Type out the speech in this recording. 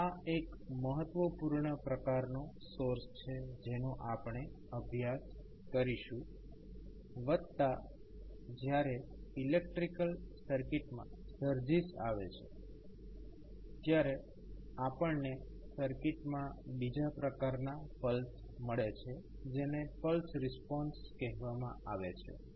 તો આ એક મહત્વપૂર્ણ પ્રકારનો સોર્સ છે જેનો આપણે અભ્યાસ કરીશું વત્તા જ્યારે ઇલેક્ટ્રિકલ સર્કિટમાં સર્જિસ આવે છે ત્યારે આપણને સર્કિટમાં બીજા પ્રકારના પલ્સ મળે છે જેને પલ્સ રિસ્પોન્સ કહેવામાં આવે છે